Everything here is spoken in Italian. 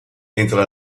entra